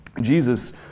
Jesus